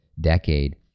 decade